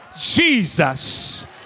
jesus